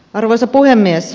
arvoisa puhemies